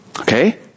Okay